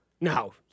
No